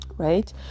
Right